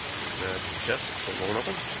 is that the chest that won't open?